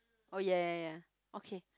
oh ya ya ya okay